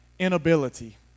Inability